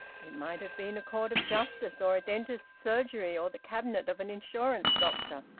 it might have been a court of justice, or a dentist's surgery, or the cabinet of an insurance doctor,